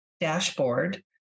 dashboard